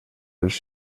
els